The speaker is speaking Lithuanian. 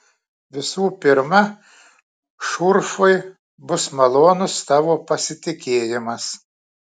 visų pirma šurfui bus malonus tavo pasitikėjimas